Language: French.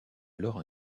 alors